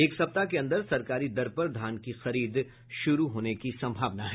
एक सप्ताह के अंदर सरकारी दर पर धान की खरीद शुरू होने की संभावना है